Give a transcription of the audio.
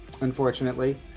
unfortunately